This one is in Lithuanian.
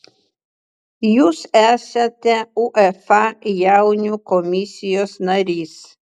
jūs esate uefa jaunių komisijos narys